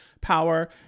power